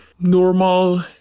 normal